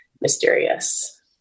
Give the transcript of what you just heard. mysterious